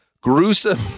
gruesome